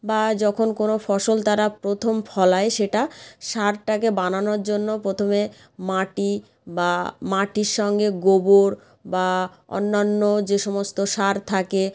বা যখন কোনো ফসল তারা প্রথম ফলায় সেটা সারটাকে বানানোর জন্য প্রথমে মাটি বা মাটির সঙ্গে গোবর বা অন্যান্য যে সমস্ত সার থাকে